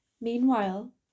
Meanwhile